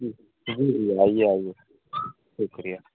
جی جی جی آئیے آئیے شکریہ